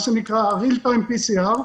מה שנקרא Real time PCR,